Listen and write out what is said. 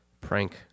prank